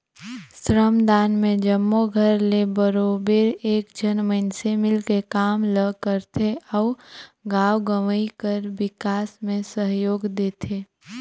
श्रमदान में जम्मो घर ले बरोबेर एक झन मइनसे मिलके काम ल करथे अउ गाँव गंवई कर बिकास में सहयोग देथे